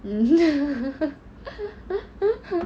mm